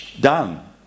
done